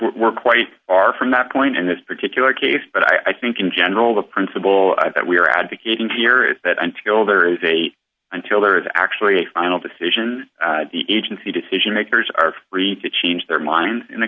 we're quite far from that point in this particular case but i think in general the principle that we're advocating here is that until there is a until there is actually a final decision the agency decision makers are free to change their mind in